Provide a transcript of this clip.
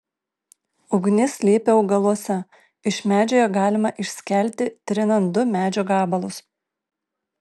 ugnis slypi augaluose iš medžio ją galima išskelti trinant du medžio gabalus